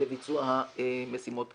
לביצוע המשימות כאן.